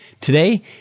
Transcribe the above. Today